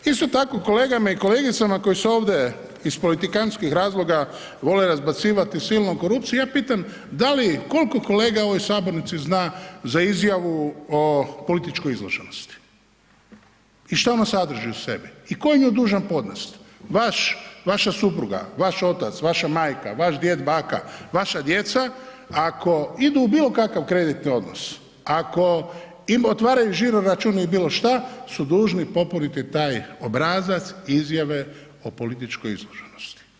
Isto tako kolegama i kolegicama koji su ovdje iz politikantskih razloga vole razbacivati silnom korupcijom ja pitam da li, koliko kolega u ovoj sabornici zna za izjavu o političkoj izloženosti i šta ona sadrži u sebi i tko je nju dužan podnesti, vaš, vaša supruga, vaš otac, vaša majka, vaš djed, baka, vaša djeca ako idu u bilo kakav kreditni odnos, ako im otvaraju žiro račun i bilo šta su dužni popuniti taj obrazac izjave o političkoj izloženosti.